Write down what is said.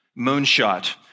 Moonshot